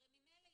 הרי ממילא,